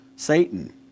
Satan